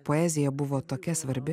poezija buvo tokia